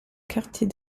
quartier